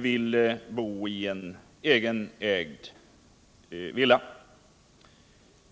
vill bo i en egen villa.